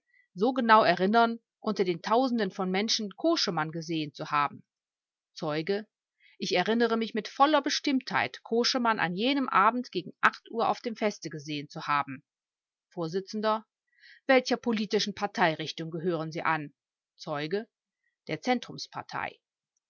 so genau erinnern unter den tausenden von menschen koschemann gesehen zu haben zeuge ich erinnere mich mit voller bestimmtheit koschemann an jenem abend gegen acht uhr auf dem feste gesehen zu haben vors welcher politischen parteirichtung gehören sie an zeuge der